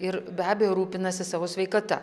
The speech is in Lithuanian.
ir be abejo rūpinasi savo sveikata